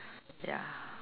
ya